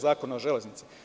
Zakona o železnici.